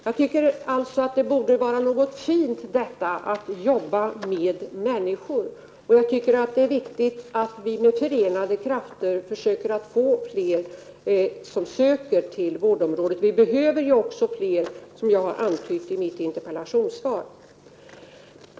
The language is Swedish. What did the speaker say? Jag tycker alltså att det borde vara något fint att jobba med människor, och jag tycker att det är viktigt att vi med förenade krafter försöker få fler att söka till vårdområdet. Vi behöver också fler, som jag har antytt i mitt interpellationssvar.